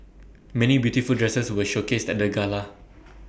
many beautiful dresses were showcased at the gala